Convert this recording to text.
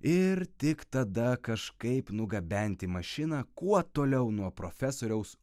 ir tik tada kažkaip nugabenti mašiną kuo toliau nuo profesoriaus